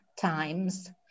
Times